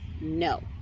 no